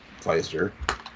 Pfizer